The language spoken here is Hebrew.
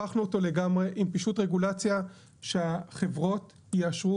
הפכנו אותו לגמרי עם פישוט רגולציה שהחברות יאשרו